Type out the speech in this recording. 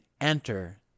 enter